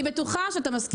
אני בטוחה שאתה מסכים.